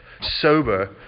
sober